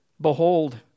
Behold